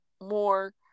more